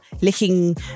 licking